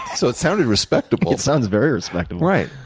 so it sounded respectable. it sounds very respectable. right.